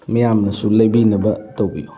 ꯃꯤꯌꯥꯝꯅꯁꯨ ꯂꯩꯕꯤꯅꯕ ꯇꯧꯕꯤꯌꯨ